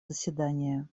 заседания